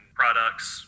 products